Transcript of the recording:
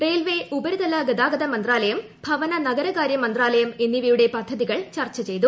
railway ഉപരിതല ഗതാഗത മന്ത്രാലയം ഭവന നഗര കാര്യമന്ത്രാലയം എന്നിവയുടെ പദ്ധതികൾ ചർച്ച ചെയ്തു